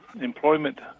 employment